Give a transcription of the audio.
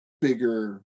bigger